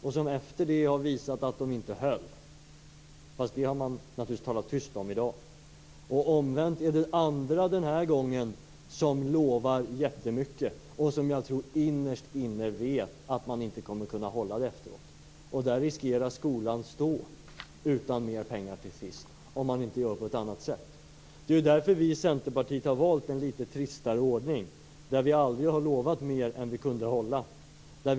Efteråt har det visat sig att de inte höll, men det har man naturligtvis talat tyst om i dag. Omvänt är det andra den här gången som lovar jättemycket och som jag tror innerst inne vet att de inte kommer att kunna hålla det. Där riskerar skolan att till sist stå utan mer pengar om man inte gör på ett annat sätt. Därför har vi i Centerpartiet valt en litet tristare ordning. Vi har aldrig lovat mer än vad vi har kunnat hålla.